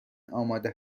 آماده